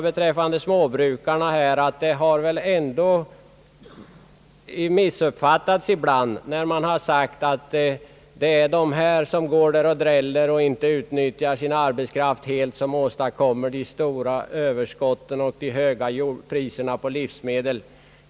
Beträffande småbrukarna vill jag framhålla att det väl ändå är en missuppfattning när man påstår att dessa går omkring och dräller och inte utnyttjar sin arbetskraft helt och därför åstadkommer de stora överskotten och de höga priserna på livsmedel.